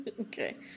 Okay